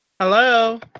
Hello